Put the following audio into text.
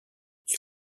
est